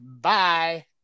Bye